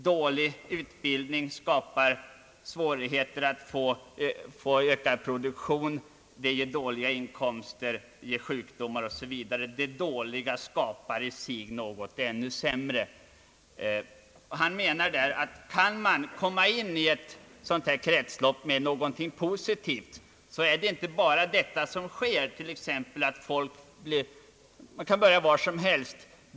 Dålig utbildning skapar svårigheter för ökad produktion, låga inkomster blir följden, och så uppstår sjukdomar osv. Det dåliga skapar i sig något ännu sämre. Professor Myrdal menar här att om något positivt kan föras in i detta kretslopp förändras utvecklingen. Man kan börja med vad som helst.